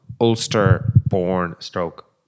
Ulster-born-stroke